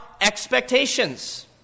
expectations